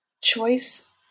choice